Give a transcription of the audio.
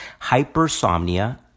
hypersomnia